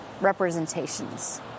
representations